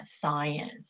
science